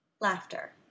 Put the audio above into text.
laughter